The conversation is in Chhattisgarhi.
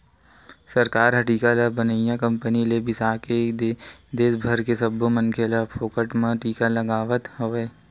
सरकार ह टीका ल बनइया कंपनी ले बिसाके के देस भर के सब्बो मनखे ल फोकट म टीका लगवावत हवय